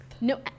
No